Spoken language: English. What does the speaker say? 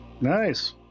Nice